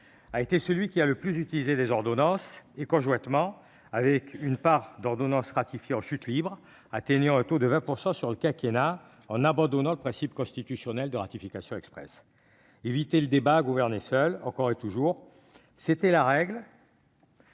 a été celui qui a le plus eu recours à des ordonnances ; conjointement, la part d'ordonnances ratifiées est en chute libre, atteignant un taux de 20 % sur le dernier quinquennat, à l'encontre du principe constitutionnel de ratification expresse. Éviter le débat, gouverner seul, encore et toujours : c'était la règle